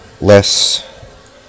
less